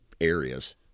areas